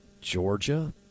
Georgia